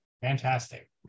Fantastic